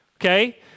Okay